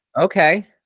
Okay